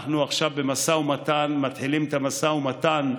אנחנו עכשיו מתחילים את המשא ומתן,